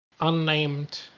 unnamed